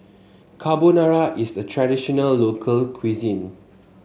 carbonara is a traditional local cuisine